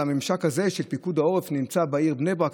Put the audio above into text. הממשק הזה שפיקוד העורף נמצא בעיר בני ברק?